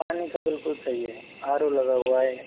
पानी तो बिल्कुल सही है आर ओ लगा हुआ है